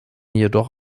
jedoch